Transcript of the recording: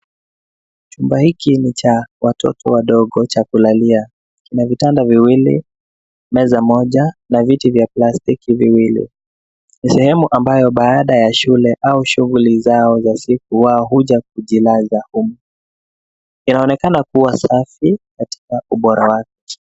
Chumba hiki ni cha watoto wadogo cha kulalia. Kina vitanda viwili, meza moja na viti vya plastiki viwili, ni sehemu ambayo baada ya shule au shughuli zao za siku wao huja kujilaza humo. Inaonekana kuwa safi katika ubora wake.